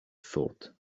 thought